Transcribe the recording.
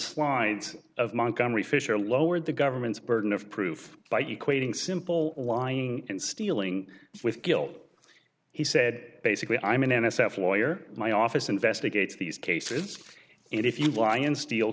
slides of montgomery fisher lowered the government's burden of proof by equating simple lying and stealing with guilt he said basically i mean n s f lawyer my office investigates these cases and if you lie and steal